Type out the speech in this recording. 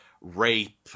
rape